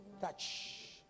Touch